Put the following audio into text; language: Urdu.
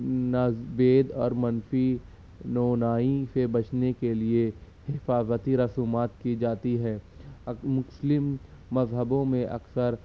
نظر بید اور منفی نو نائی سے بچنے کے لیے حفاظتی رسومات کی جاتی ہیں مسلم مذہبوں میں اکثر